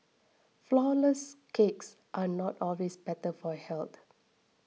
Flourless Cakes are not always better for health